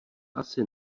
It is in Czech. asi